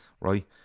right